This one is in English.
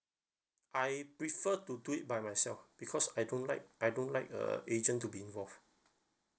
I prefer to do it by myself because I don't like I don't like uh agent to be involved